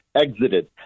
exited